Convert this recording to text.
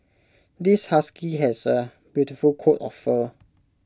this husky has A beautiful coat of fur